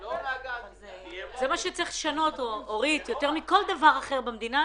אתה תגיד אותו כשהחשב הכללי ישמע.